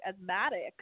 asthmatic